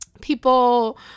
People